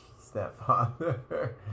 stepfather